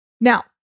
Now